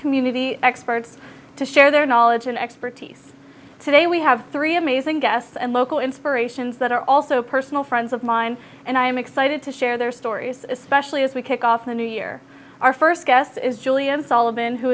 community experts to share their knowledge and expertise today we have three amazing guests and local inspirations that are also personal friends of mine and i am excited to share their stories especially as we kick off the new year our first guest is julian solomon who